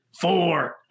Four